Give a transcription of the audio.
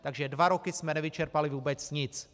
Takže dva roky jsme nevyčerpali vůbec nic.